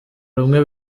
rumwe